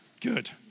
Good